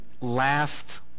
last